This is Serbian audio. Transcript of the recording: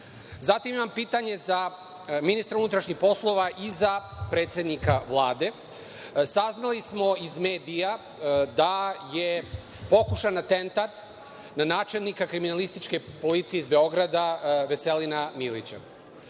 imam pitanje za ministra unutrašnjih poslova i za predsednika Vlade. Saznali smo iz medija da je pokušan atentat na načelnika kriminalističke policije iz Beograda Veselina Milića.